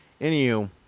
Anywho